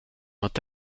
att